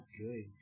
good